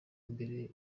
mbere